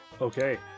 okay